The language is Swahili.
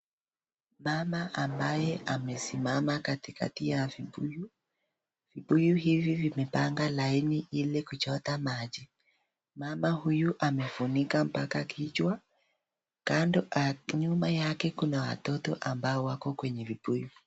Mama ambaye amesimama katikati ya vibuyu. Vibuyu hivi vimepanga laini ili kuchota maji. Mama huyu amefunika mpaka kichwa kando nyuma yake kuna watoto ambao wako kwenye vibuyu.